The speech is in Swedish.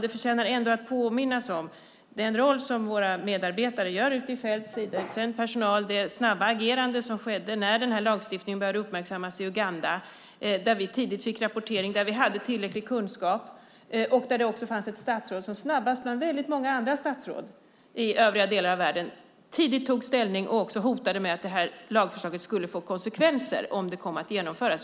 Det förtjänar ändå att påminnas om den roll som våra medarbetare spelar ute i fält, till exempel Sidautsänd personal, och det snabba agerandet när den här lagstiftningen började uppmärksammas i Uganda. Vi fick tidigt rapportering. Vi hade tillräcklig kunskap. Det fanns också ett statsråd som bland väldigt många andra statsråd i övriga delar av världen snabbast tog ställning och också hotade med att lagförslaget skulle få konsekvenser om det kom att genomföras.